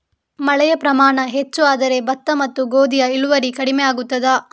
ಮಳೆಯ ಪ್ರಮಾಣ ಹೆಚ್ಚು ಆದರೆ ಭತ್ತ ಮತ್ತು ಗೋಧಿಯ ಇಳುವರಿ ಕಡಿಮೆ ಆಗುತ್ತದಾ?